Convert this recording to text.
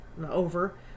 over